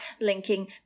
linking